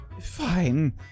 Fine